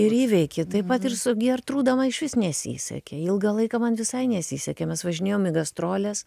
ir įveiki taip pat ir su gertrūda ma išvis nesisekė ilgą laiką man visai nesisekė mes važinėjom į gastroles